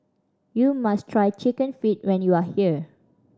you must try Chicken Feet when you are here